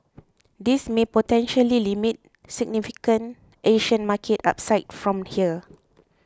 this may potentially limit significant Asian market upside from here